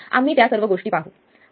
आम्ही त्या सर्व गोष्टी पाहू